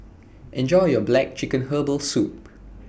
Enjoy your Black Chicken Herbal Soup